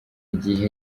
gihe